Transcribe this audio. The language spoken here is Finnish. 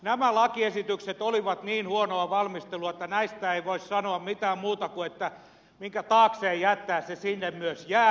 nämä lakiesitykset olivat niin huonoa valmistelua että näistä ei voi sanoa mitään muuta kuin että minkä taakseen jättää se sinne myös jää